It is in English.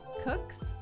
cooks